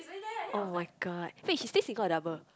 [oh]-my-god wait she stay single or double